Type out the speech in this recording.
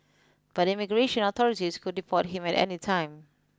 but immigration authorities could deport him at any time